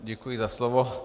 Děkuji za slovo.